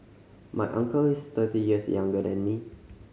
my uncle is thirty years younger than me